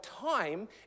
time